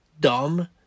dumb